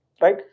right